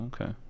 Okay